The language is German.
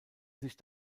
sich